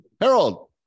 Harold